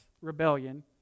rebellion